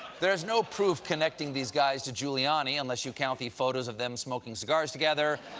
there's no proof connecting these guys to giuliani, unless you count the photos of them smoking cigars together,